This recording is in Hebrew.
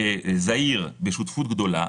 זעיר בשותפות גדולה